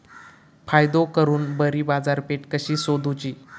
फायदो करून बरी बाजारपेठ कशी सोदुची?